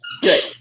Good